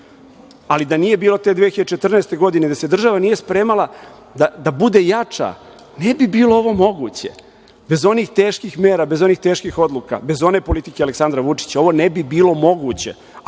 košta. Da nije bilo te 2014. godine, gde se država nije spremala da bude jača, ne bi bilo ovo moguće. Bez onih teških mera, bez onih teških odluka, bez one politike Aleksandra Vučića, ovo ne bi bilo moguće,